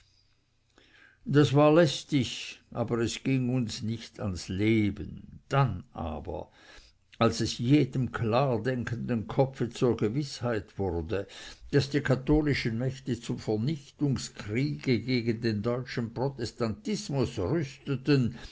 das war lästig aber es ging uns nicht ans leben dann aber als es jedem klar denkenden kopfe zur gewißheit wurde daß die katholischen mächte zum vernichtungskriege gegen den deutschen protestantismus rüsteten